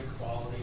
quality